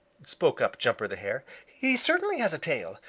spoke up jumper the hare. he certainly has a tail.